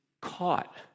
caught